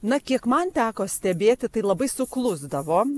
na kiek man teko stebėti tai labai suklusdavo